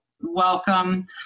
welcome